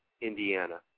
Indiana